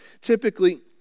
typically